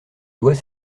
dois